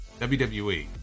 WWE